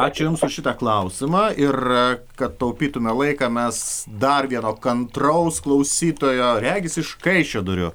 ačiū jums už šitą klausimą ir kad taupytumėme laiką mes dar vieno kantraus klausytojo regis iš kaišiadorių